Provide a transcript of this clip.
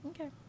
Okay